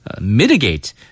mitigate